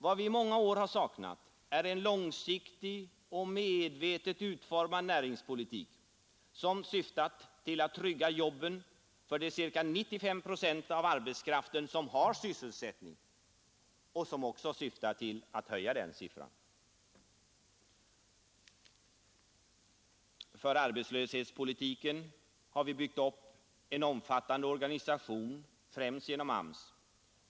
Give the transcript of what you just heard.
Vad vi i många år har saknat är en långsiktig och medvetet utformad näringspolitik, som syftar till att trygga jobben för de ca 95 procent av arbetskraften som har sysselsättning och som också syftar till att höja den siffran. För arbetslöshetspolitiken har vi byggt upp en omfattande organisation, främst genom AMS.